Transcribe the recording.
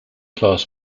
class